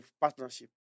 partnership